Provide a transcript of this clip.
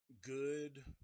Good